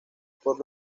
por